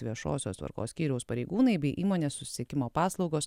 viešosios tvarkos skyriaus pareigūnai bei įmonės susisiekimo paslaugos